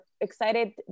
excited